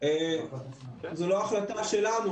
זאת לא החלטה שלנו,